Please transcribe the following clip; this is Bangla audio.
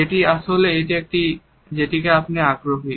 সেটি আসলে এমন একটি দিক যেটিতে আপনি আগ্রহী